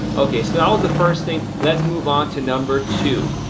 okay, so that was the first thing. let's move on to number two,